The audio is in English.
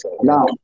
Now